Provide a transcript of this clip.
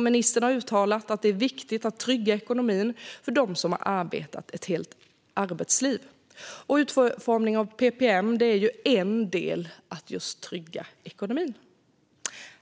Ministern har uttalat att det är viktigt att trygga ekonomin för dem som arbetat ett helt arbetsliv, och utformningen av ppm är en del i att trygga ekonomin.